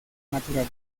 natural